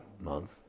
month